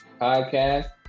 Podcast